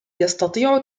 يستطيع